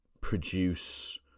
produce